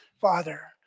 Father